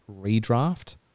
redraft